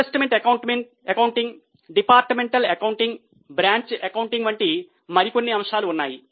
investment accounting departmental accounting branch accounting వంటి మరికొన్ని అంశాలు ఉన్నాయి